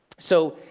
so,